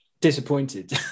disappointed